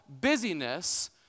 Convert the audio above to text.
busyness